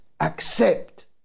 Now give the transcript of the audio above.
accept